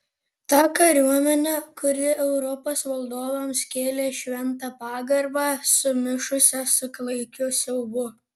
tą kariuomenę kuri europos valdovams kėlė šventą pagarbą sumišusią su klaikiu siaubu